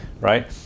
right